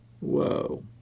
Whoa